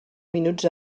minuts